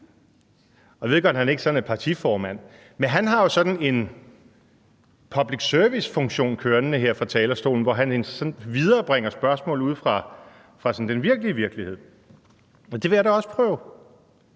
Jeg ved godt, at han ikke er partiformand, men han har jo sådan en public service-funktion kørende her fra talerstolen, hvor han viderebringer spørgsmål fra den virkelige virkelighed, og det vil jeg da også prøve.